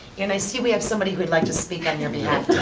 and i see we have somebody who would like to speak on your behalf